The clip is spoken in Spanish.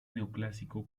neoclásico